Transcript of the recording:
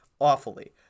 awfully